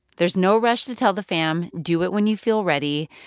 there's no rush to tell the fam. do it when you feel ready,